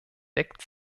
deckt